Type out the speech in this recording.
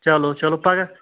چلو چلو پگاہ